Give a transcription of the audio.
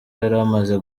yaramaze